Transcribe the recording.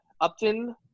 Upton